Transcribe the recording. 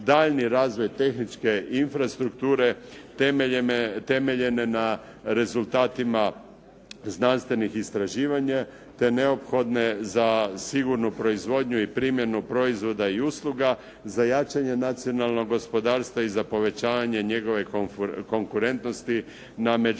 daljnji razvoj tehničke infrastrukture temeljene na rezultatima znanstvenih istraživanja te neophodne za sigurnu proizvodnju i primjenu proizvoda i usluga, za jačanje nacionalnog gospodarstva i za povećavanje njegove konkurentnosti na međunarodnoj